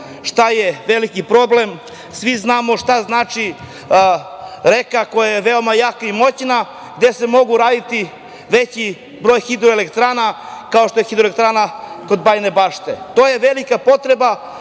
šta je veliki problem. Svi znamo šta znači reka koja je veoma jaka i moćna, gde se mogu uraditi veći broj hidroelektrana, kao što je hidroelektrana kod Bajine Bašte. To je velika potreba.